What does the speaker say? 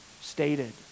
stated